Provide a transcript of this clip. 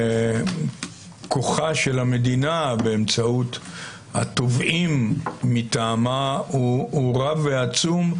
כוחה של המדינה באמצעות התובעים מטעמה הוא רב ועצום,